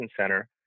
Center